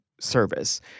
service